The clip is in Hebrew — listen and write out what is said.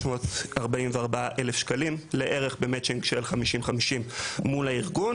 1,344,000 שקלים לערך במצ'ינג של 50-50 מול הארגון.